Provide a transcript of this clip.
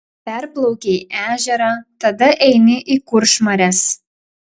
perplaukei ežerą tada eini į kuršmares